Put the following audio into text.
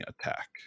attack